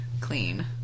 clean